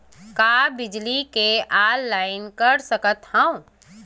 का बिजली के ऑनलाइन कर सकत हव?